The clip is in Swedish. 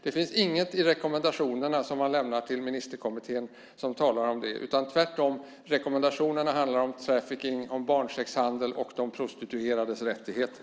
Det finns inget i rekommendationerna som man lämnat till ministerkommittén som talar om det. Tvärtom handlar rekommendationerna om trafficking, barnsexhandel och de prostituerades rättigheter.